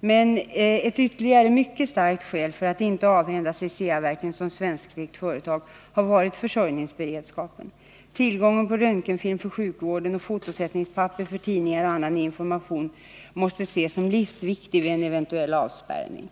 Ett ytterligare, mycket starkt skäl för att inte avhända sig Ceaverken som svenskägt företag har varit försörjningsberedskapen. Tillgången till röntgenfilm för sjukvården och fotosättningspapper för tidningar och allmän information måste ses som livsviktig vid en eventuell avspärrning.